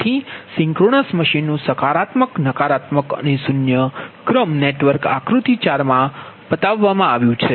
તેથી સિંક્રનસ મશીનનું સકારાત્મક નકારાત્મક અને શૂન્ય ક્રમ નેટવર્ક આકૃતિ 4 માં બતાવવામાં આવ્યું છે